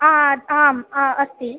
आ आम् आम् अस्ति